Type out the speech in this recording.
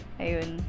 ayun